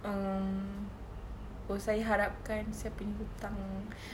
um oh saya harapkan saya punya hutang